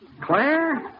Claire